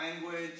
language